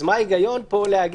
מה ההיגיון לומר: